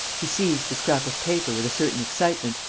he seized the scrap of paper with a certain excitement,